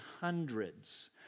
hundreds